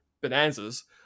bonanzas